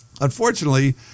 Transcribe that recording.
Unfortunately